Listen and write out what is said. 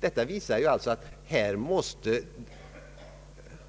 Det visar att